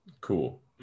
Cool